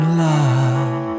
love